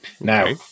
Now